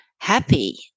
happy